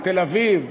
"תל-אביב".